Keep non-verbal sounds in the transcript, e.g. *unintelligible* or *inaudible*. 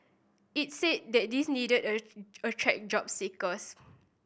it said that this needed *unintelligible* attract job seekers